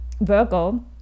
Virgo